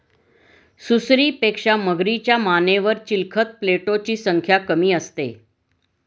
सुसरीपेक्षा मगरीच्या मानेवर चिलखत प्लेटोची संख्या कमी असते